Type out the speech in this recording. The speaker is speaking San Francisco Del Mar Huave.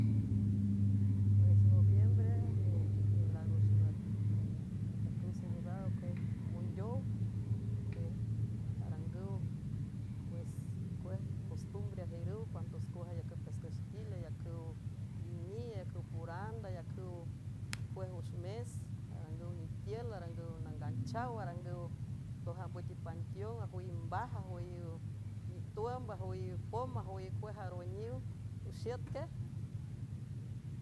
Pues noviembre imilaag wüx nüt atajcüw celebrar ocuej mondeow ocuej arangüw pues cuej costumbre ajiürüw cuandos cuaj ayacü pascaxtil ayacüw nguini yacüw porand ayacüw cuej wüx mes arangüw nitiül arangüw nanganchaw arangüw ndojam büt ipantión ajüiw mbaj ajwüyiw nituümb ajwüyiw pom ajwüyiw cuej arwüniw oxiüt que.